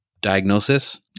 diagnosis